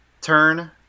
turn